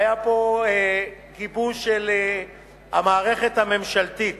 היה פה גיבוש של המערכת הממשלתית